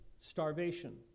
starvation